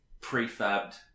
prefabbed